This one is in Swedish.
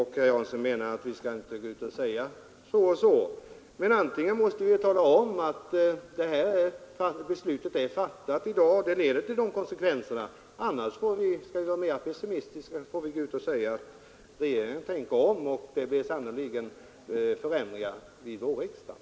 Herr Jansson anser att vi inte skall gå ut och säga så mycket. Men antingen måste vi tala om att beslutet är fattat i dag och får de här konsekvenserna, eller också — om vi skall vara mera optimistiska — får vi säga: Regeringen tänker om och det blir sannolikt förändringar vid vårriksdagen.